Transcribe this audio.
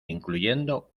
incluyendo